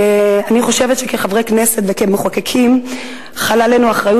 אני חושבת שכחברי כנסת וכמחוקקים חלה עלינו אחריות